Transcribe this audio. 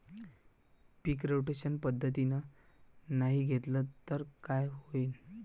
पीक rotation पद्धतीनं नाही घेतलं तर काय होईन?